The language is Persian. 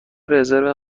رزرو